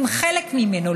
לחלק ממנו,